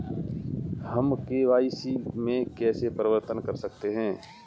हम के.वाई.सी में कैसे परिवर्तन कर सकते हैं?